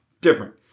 different